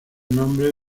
nombre